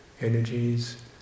energies